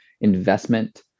investment